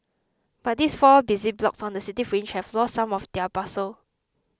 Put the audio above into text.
but these four busy blocks on the city fringe have lost some of their bustle